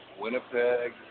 Winnipeg